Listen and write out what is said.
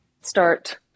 start